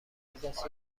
اندازست